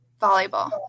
volleyball